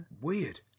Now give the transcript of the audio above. Weird